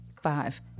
Five